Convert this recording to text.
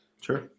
Sure